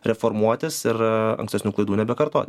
reformuotis ir ankstesnių klaidų nebekartoti